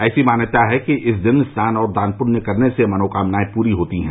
ऐसी मान्यता है कि इस दिन स्नान और दान पृष्य करने से मनोकामनायें पूरी होती हैं